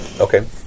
Okay